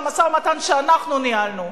של המשא-ומתן שאנחנו ניהלנו.